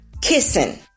kissing